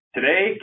Today